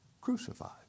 crucified